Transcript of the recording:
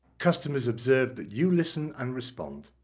customers observe that you listen and respond.